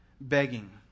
begging